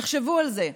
תחשבו על זה: